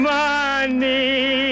money